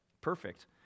Perfect